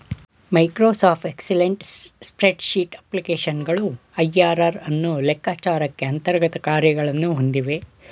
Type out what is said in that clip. Microsoft excellent spreadsheet ಅಪ್ಲಿಕೇಶನ್ಗಳು IRR ಅನ್ನು ಲೆಕ್ಕಚಾರಕ್ಕೆ ಅಂತರ್ಗತ ಕಾರ್ಯಗಳನ್ನು ಹೊಂದಿವೆ